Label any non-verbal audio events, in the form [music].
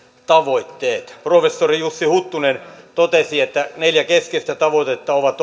tavoitteet professori jussi huttunen totesi että neljä keskeistä tavoitetta ovat [unintelligible]